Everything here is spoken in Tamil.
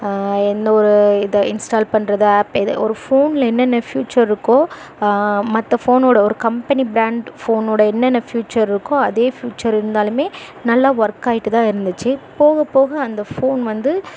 எந்தவொரு இதை இன்ஸ்டால் பண்ணுறதா ஆப் எத ஒரு ஃபோனில் என்னென்ன ஃப்யூச்சர் இருக்கோ மற்ற ஃபோனோடய ஒரு கம்பெனி பிராண்ட் ஃபோனோடய என்னென்ன ஃப்யூச்சர் இருக்கோ அதே ஃப்யூச்சர் இருந்தாலுமே நல்லா ஒர்க் ஆகிட்டுதான் இருந்திச்சு போகப் போக அந்த ஃபோன் வந்து